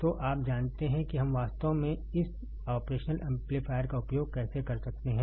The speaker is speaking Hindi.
तो आप जानते हैं कि हम वास्तव में इस ऑपरेशनल एम्पलीफायर का उपयोग कैसे कर सकते हैं